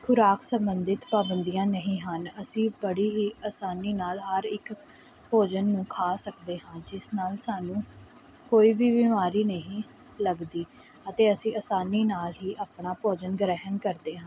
ਖੁਰਾਕ ਸੰਬੰਧਿਤ ਪਾਬੰਦੀਆਂ ਨਹੀਂ ਹਨ ਅਸੀਂ ਬੜੀ ਹੀ ਆਸਾਨੀ ਨਾਲ ਹਰ ਇੱਕ ਭੋਜਨ ਨੂੰ ਖਾ ਸਕਦੇ ਹਾਂ ਜਿਸ ਨਾਲ ਸਾਨੂੰ ਕੋਈ ਵੀ ਬਿਮਾਰੀ ਨਹੀਂ ਲੱਗਦੀ ਅਤੇ ਅਸੀਂ ਆਸਾਨੀ ਨਾਲ ਹੀ ਆਪਣਾ ਭੋਜਨ ਗ੍ਰਹਿਣ ਕਰਦੇ ਹਾਂ